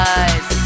eyes